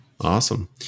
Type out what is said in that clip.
Awesome